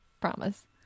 Promise